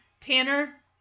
Tanner